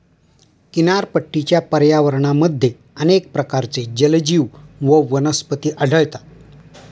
किनारपट्टीच्या पर्यावरणामध्ये अनेक प्रकारचे जलजीव व वनस्पती आढळतात